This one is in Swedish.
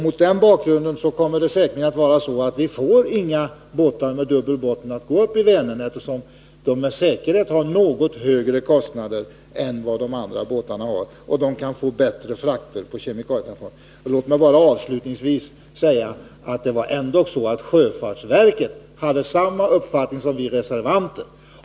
Mot den bakgrunden kommer vi säkert inte att få några båtar med dubbel botten att gå upp i Vänern, eftersom de med säkerhet drar något högre kostnader än de andra båtarna och kan få bättre frakter med kemikalier. Låt mig bara avslutningsvis säga att sjöfartsverket hade samma uppfattning som vi reservanter.